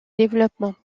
développement